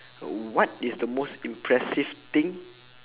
uh what is the most impressive thing